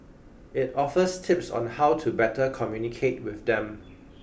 it offers tips on how to better communicate with them